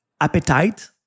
appetite